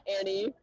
Annie